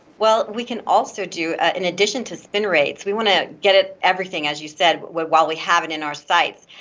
well, we can also do, in addition to spin rates, we want to get everything, as you said, while we have it in our sights.